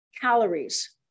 calories